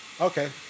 Okay